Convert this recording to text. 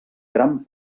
gran